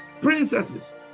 princesses